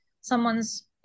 someone's